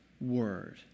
word